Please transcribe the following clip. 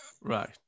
Right